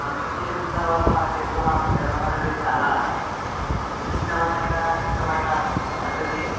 వంట చేసిన తర్వాత మన చేతిలో మనం తినడమనేది చాలా రుచికరమైన ఇష్టమైన పద్ధతి